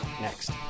Next